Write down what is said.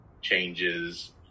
changes